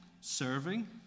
serving